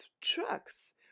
trucks